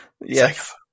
Yes